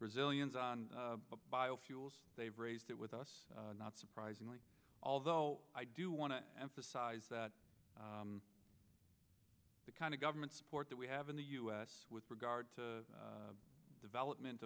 brazilians on biofuels they've raised it with us not surprisingly although i do want to emphasize that the kind of government support that we have in the u s with regard to development